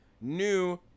new